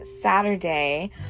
Saturday